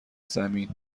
زمین